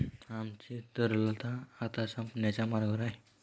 आमची तरलता आता संपण्याच्या मार्गावर आहे